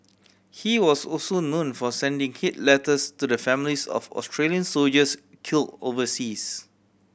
he was also known for sending hate letters to the families of Australian soldiers kill overseas